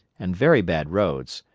and very bad roads,